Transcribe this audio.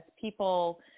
people